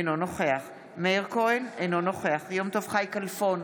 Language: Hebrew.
אינו נוכח מאיר כהן, אינו נוכח יום טוב חי כלפון,